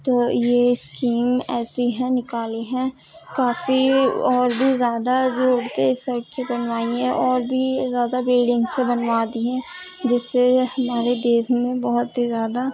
تو یہ اسکیم ایسی ہے نکالی ہے کافی اور بھی زیادہ روڈ پہ سڑکیں بنوائی ہیں اور بھی زیادہ بلڈنگس بنوا دی ہیں جس سے ہمارے دیس میں بہت ہی زیادہ